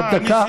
עוד דקה?